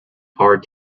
are